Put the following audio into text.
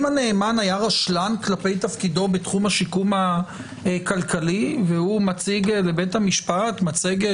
אם הנאמן היה רשלן כלפי תפקידו כמשקם כלכלי והוא מציג בבית המשפט מצגת